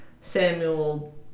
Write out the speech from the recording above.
samuel